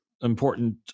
important